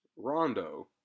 Rondo